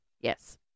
Yes